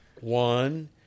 One